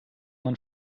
man